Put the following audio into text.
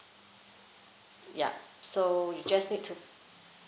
yup so you just need to